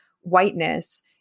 whiteness